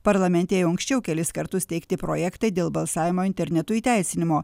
parlamente jau anksčiau kelis kartus teikti projektai dėl balsavimo internetu įteisinimo